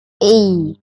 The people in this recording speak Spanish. hey